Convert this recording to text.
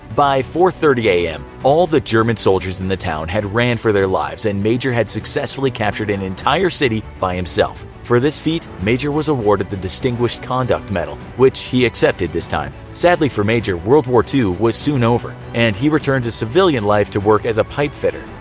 by four thirty am all the german soldiers in the town had ran for their lives, and major had successfully captured an entire city by himself. for his feat, major was awarded the distinguished conduct medal, which he accepted this time. sadly for major, world war ii was soon over, and he returned to civilian life to work as a pipe fitter.